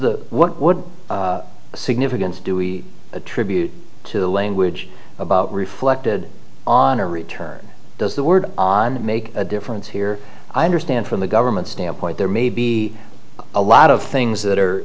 the what would the significance do we attribute to the language about reflected on a return does the word on make a difference here i understand from the government standpoint there may be a lot of things that are